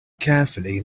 carefully